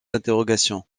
interrogations